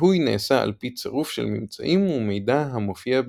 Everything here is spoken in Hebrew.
הזיהוי נעשה על פי צירוף של ממצאים ומידע המופיע בכתובים.